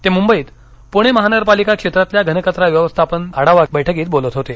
ते मुंबईत पूणे महानगरपालिका क्षेत्रातील घनकचरा व्यवस्थापन आढावा बैठकीत बोलत होते